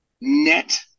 net